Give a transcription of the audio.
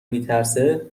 میترسه